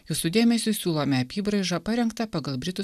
jūsų dėmesiui siūlome apybraižą parengtą pagal britų